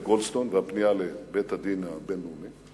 את גולדסטון והפנייה לבית-הדין הבין-לאומי,